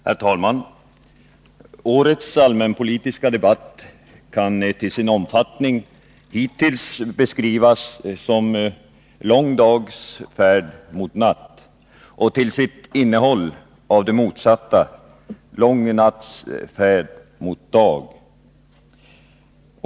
Herr talman! Årets allmänpolitiska debatt kan till sin omfattning hittills beskrivas som lång dags färd mot natt och till sitt innehåll som det motsatta — lång natts färd mot dag.